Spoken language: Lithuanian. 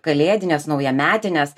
kalėdinės naujametinės